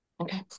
Okay